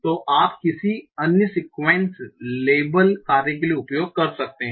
तो आप किसी अन्य सेकुएंस लेबल कार्य के लिए उपयोग कर सकते हैं